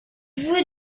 vous